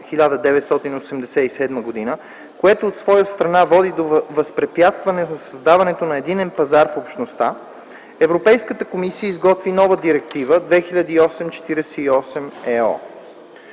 1987 г., което от своя страна води до възпрепятстване на създаването на единен пазар в Общността, Европейската комисия изготвя новата Директива 2008/48/ЕО.